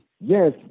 Yes